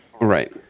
Right